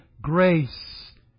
grace